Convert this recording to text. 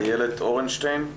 איילת אורנשטיין,